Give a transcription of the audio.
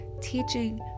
teaching